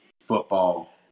football